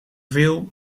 veel